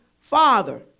Father